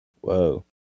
Whoa